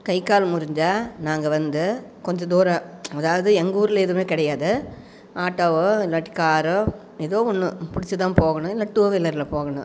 கை கால் முறிஞ்சா நாங்கள் வந்து கொஞ்சம் தூரம் அதாவது எங்கூரில் எதுவுமே கிடையாது ஆட்டோவோ இல்லாட்டி காரோ ஏதோ ஒன்று புடிச்சுதான் போகணும் இல்லை டூ வீலரில் போகணும்